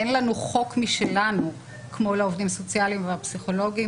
אין לנו חוק משלנו כמו שיש לעובדים הסוציאליים והפסיכולוגים.